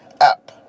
app